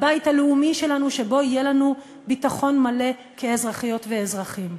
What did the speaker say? הבית הלאומי שלנו שבו יהיה לנו ביטחון מלא כאזרחיות ואזרחים.